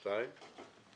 דבר שני,